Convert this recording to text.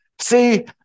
See